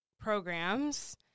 programs